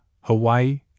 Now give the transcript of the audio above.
Hawaii